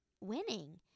winning